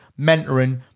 mentoring